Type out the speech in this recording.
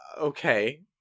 okay